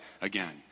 again